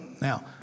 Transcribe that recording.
now